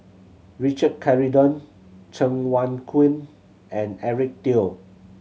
Richard Corridon Cheng Wai Keung and Eric Teo